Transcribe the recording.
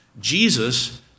Jesus